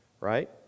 right